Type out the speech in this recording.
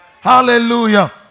hallelujah